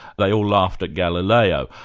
they all laughed at galileo,